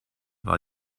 war